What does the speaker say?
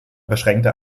beschränkte